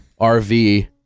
RV